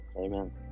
Amen